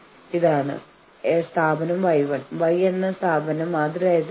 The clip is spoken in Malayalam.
പക്ഷേ ഒരിക്കലും തു എന്ന തലത്തിലേക്ക് ഇറങ്ങരുത്